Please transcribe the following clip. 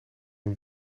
een